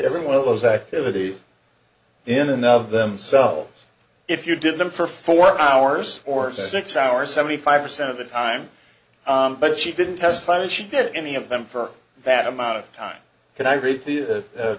every one of those activities in and of themselves if you did them for four hours or six hours seventy five percent of the time but she didn't testify that she did any of them for that amount of time